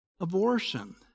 abortion